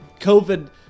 COVID